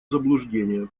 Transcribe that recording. заблуждение